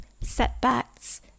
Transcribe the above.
setbacks